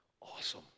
awesome